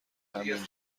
همین